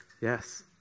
Yes